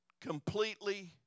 completely